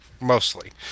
mostly